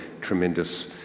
tremendous